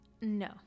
No